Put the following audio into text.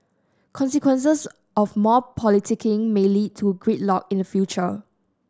consequences of more politicking may lead to gridlock in future